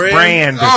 Brand